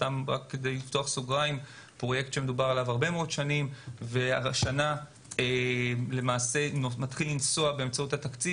זה פרויקט שמדובר עליו הרבה שנים והשנה למעשה מתחיל לנסוע באמצעות התקציב